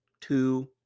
two